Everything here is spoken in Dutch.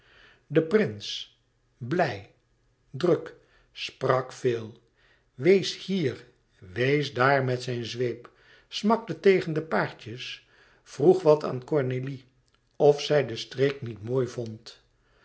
de prins blij druk sprak veel wees hier wees daar met zijn zweep smakte tegen de paardjes vroeg wat aan cornélie of zij de streek niet mooi vond